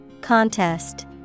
Contest